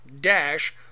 dash